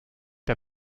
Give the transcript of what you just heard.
der